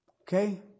Okay